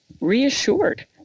reassured